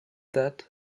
that